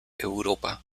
europa